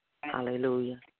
Hallelujah